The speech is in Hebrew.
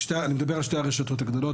אני מדבר על שתי הרשתות הגדולות,